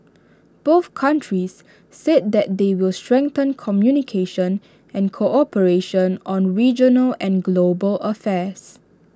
both countries said that they will strengthen communication and cooperation on regional and global affairs